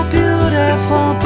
beautiful